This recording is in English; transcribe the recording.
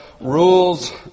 rules